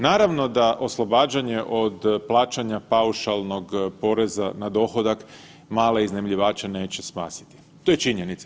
Naravno da oslobađanje od plaćanja paušalnog poreza na dohodak male iznajmljivače neće spasiti, to je činjenica.